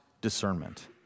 discernment